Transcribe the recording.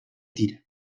tira